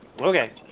Okay